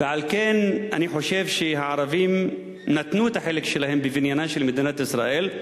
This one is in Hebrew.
ועל כן אני חושב שהערבים נתנו את החלק שלהם בבניינה של מדינת ישראל,